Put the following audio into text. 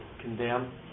condemn